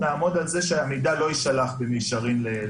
נעמוד על זה שהמידע לא יישלח במישרין לדואר אלקטרוני.